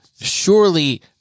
surely